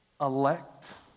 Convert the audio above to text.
elect